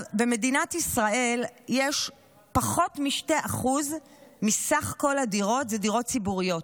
במדינת ישראל פחות מ-2% מסך כל הדירות אלה דירות ציבוריות.